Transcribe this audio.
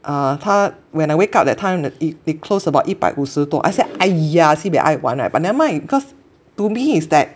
err 它 when I wake up that time that it it closed about 一百五十多 I say !aiya! sibei 爱玩 right but never mind cause to me is that